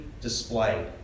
displayed